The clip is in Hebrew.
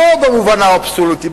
לא במובן האבסולוטי,